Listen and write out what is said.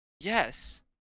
yes